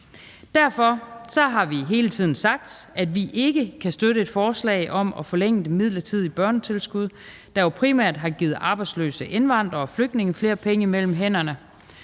Derfor har vi hele tiden sagt, at vi ikke kan støtte et forslag om at forlænge det midlertidige børnetilskud, der jo primært har givet arbejdsløse indvandrere og flygtninge flere penge mellem hænderne.